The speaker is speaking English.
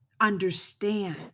understand